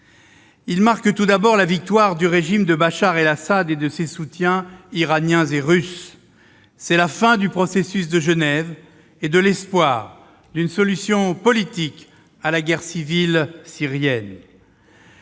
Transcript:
Ils marquent tout d'abord la victoire du régime de Bachar el-Assad et de ses soutiens iranien et russe. C'est la fin du processus de Genève et de l'espoir d'une solution politique à la guerre civile syrienne.